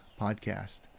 podcast